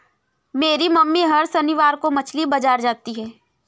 मेरी मम्मी हर शनिवार को मछली बाजार जाती है